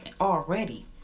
already